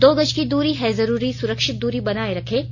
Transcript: दो गज की दूरी है जरूरी सुरक्षित दूरी बनाए रखें